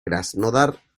krasnodar